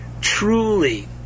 truly